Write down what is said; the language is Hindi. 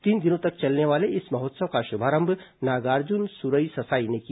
तीन दिनों तक चलने वाले इस महोत्सव का शुभारंभ नागार्जुन सुरई ससाई ने किया